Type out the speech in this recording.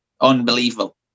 unbelievable